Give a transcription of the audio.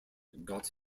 got